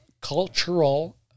cultural